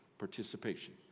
participation